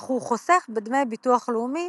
אך הוא חוסך בדמי ביטוח לאומי,